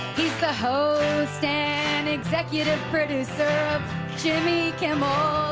he's the host and executive producer of jimmy kimmel